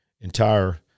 entire